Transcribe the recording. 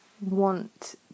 want